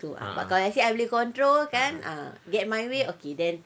kalau let's say I boleh control kan ah get my way okay then